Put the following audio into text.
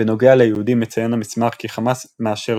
בנוגע ליהודים מציין המסמך כי "חמאס מאשר